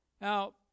now